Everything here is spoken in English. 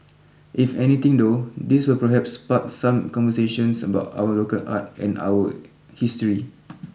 if anything though this will perhaps spark some conversations about our local art and our history